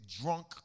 drunk